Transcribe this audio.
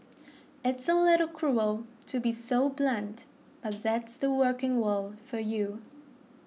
it's a little cruel to be so blunt but that's the working world for you